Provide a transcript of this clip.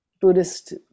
buddhist